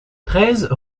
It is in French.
treize